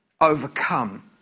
overcome